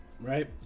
right